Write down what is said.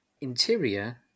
Interior